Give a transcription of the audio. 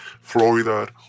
Florida